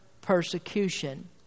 persecution